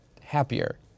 happier